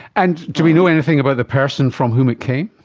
and do we know anything about the person from whom it came?